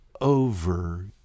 over